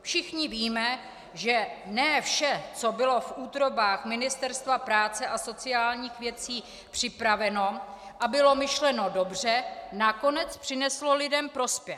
Všichni víme, že ne vše, co bylo v útrobách Ministerstva práce a sociálních věcí připraveno a bylo myšleno dobře, nakonec přineslo lidem prospěch.